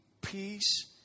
Peace